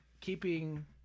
keeping